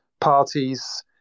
parties